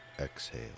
exhale